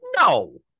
no